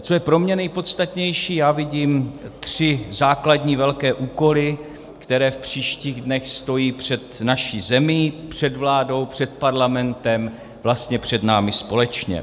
Co je pro mě nejpodstatnější, já vidím tři základní velké úkoly, které v příštích dnech stojí před naší zemí, před vládou, před Parlamentem, vlastně před námi společně.